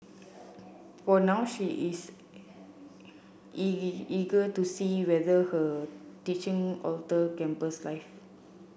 for now she is is eager to see whether her teaching alter campus life